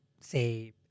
say